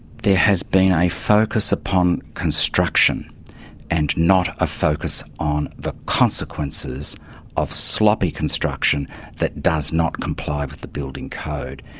there has been a focus upon construction and not a focus on the consequences of sloppy construction that does not comply with the building code.